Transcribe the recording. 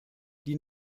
die